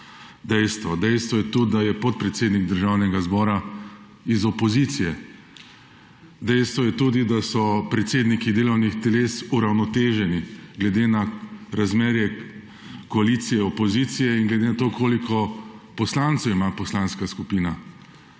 Dejstvo je tudi, da je podpredsednik Državnega zbora iz opozicije. Dejstvo je tudi, da so predsedniki delovnih teles uravnoteženi, glede na razmerje koalicije : opozicije in glede na to, koliko poslancev ima poslanska skupina.